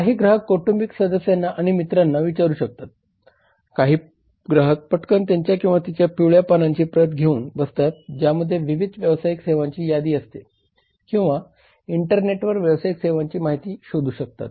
काही ग्राहक कौटुंबिक सदस्यांना आणि मित्रांना विचारू शकतात काही ग्राहक पटकन त्याच्या किंवा तिच्या पिवळ्या पानांची प्रत घेऊन बसतात ज्यामध्ये विविध व्यावसायिक सेवांची यादी असते किंवा इंटरनेटवर व्यावसायिक सेवांची माहिती शोधू शकतात